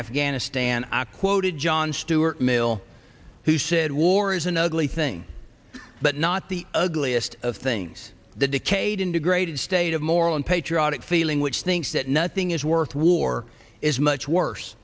afghanistan i quoted john stuart mill who said war is an ugly thing but not the ugliest of things the decayed integrated state of moral and patriotic feeling which thinks that nothing is worth war is much worse